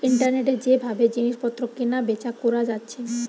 ইন্টারনেটে যে ভাবে জিনিস পত্র কেনা বেচা কোরা যাচ্ছে